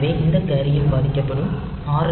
எனவே இந்த கேரியும் பாதிக்கப்படும் ஆர்